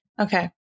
Okay